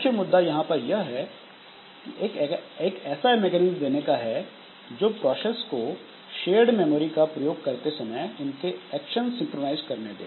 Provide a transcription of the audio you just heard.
मुख्य मुद्दा यहां पर एक ऐसा मैकेनिज्म देने का है जो प्रोसेस को शेयर्ड मेमोरी का प्रयोग करते समय उनके एक्शन सिंक्रोनाइज करने दे